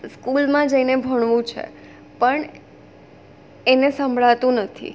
સ્કૂલમાં જઈને ભણવું છે પણ એને સંભળાતું નથી